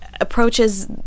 approaches